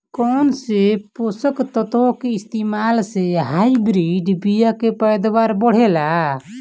कौन से पोषक तत्व के इस्तेमाल से हाइब्रिड बीया के पैदावार बढ़ेला?